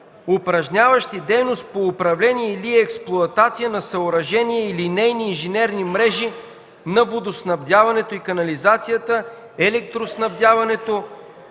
упражняващи дейност по управление или експлоатация на съоръжения или нейни инженерни мрежи на водоснабдяването и канализацията, електроснабдяването,